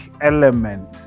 element